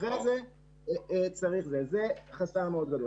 כי כרגע זה חסם מאוד גדול.